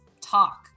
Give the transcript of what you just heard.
talk